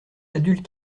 adultes